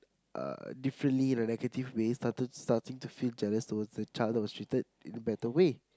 uh differently in a negative way started starting to feel jealous towards the child who was treated in a better way